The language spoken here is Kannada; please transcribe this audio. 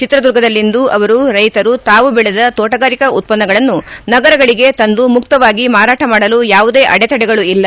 ಚಿತ್ರದುರ್ಗದಲ್ಲಿಂದು ಅವರು ರೈತರು ತಾವು ಬೆಳೆದ ತೋಟಗಾರಿಕಾ ಉತ್ಪನ್ನಗಳನ್ನು ನಗರಗಳಿಗೆ ತಂದು ಮುಕ್ತವಾಗಿ ಮಾರಾಟ ಮಾಡಲು ಯಾವುದೇ ಅಡೆತಡೆಗಳು ಇಲ್ಲ